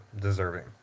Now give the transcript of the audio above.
deserving